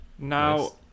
Now